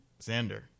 Xander